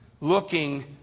looking